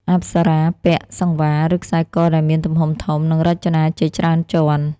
អប្សរាពាក់ "សង្វារ" ឬខ្សែកដែលមានទំហំធំ និងរចនាជាច្រើនជាន់។